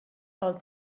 old